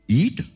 eat